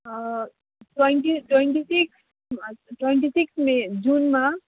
twenty twenty six twenty six May जुनमा